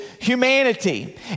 humanity